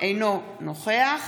אינו נוכח